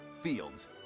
Fields